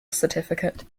certificate